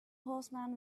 horseman